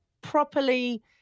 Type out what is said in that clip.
properly